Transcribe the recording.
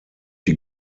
die